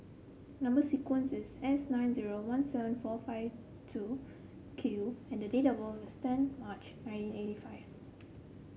number sequence is S nine zero one seven four five two Q and date of birth is ten March nineteen eighty five